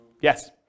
Yes